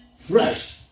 fresh